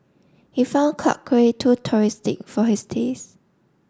he found Clarke Quay too touristic for his taste